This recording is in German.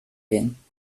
gehen